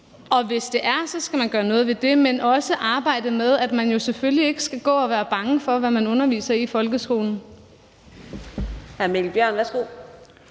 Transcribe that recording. Og hvis der er det, skal man gøre noget ved det, men også arbejde for, at lærerne jo selvfølgelig ikke skal gå og være bange for, hvad de underviser i i folkeskolen.